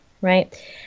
right